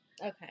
Okay